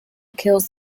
kills